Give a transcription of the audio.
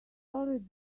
already